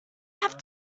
have